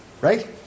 right